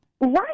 Right